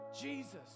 Jesus